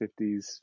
50s